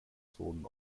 zonen